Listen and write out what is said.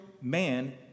man